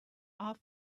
off